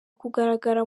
kugaragara